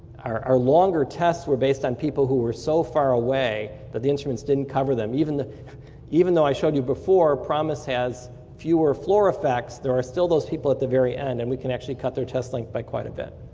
our longer tests were based on people who were so far away that the instruments didn't cover them. even though i showed you before, promis has fewer floor effects, there are still those people at the very end and we can actually cut their test length by quite a bit.